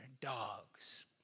Dogs